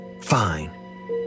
Fine